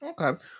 Okay